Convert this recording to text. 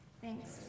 Thanks